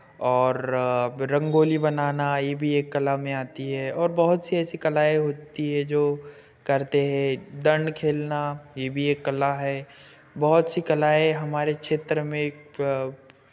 और रंगोली बनाना ये भी एक कला में आती है और बहुत सी ऐसी कलाएं होती हैं जो करते हैं दंड खेलना ये भी एक कला है बहुत सी कलाएं हमारे क्षेत्र में